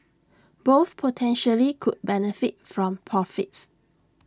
both potentially could benefit from profits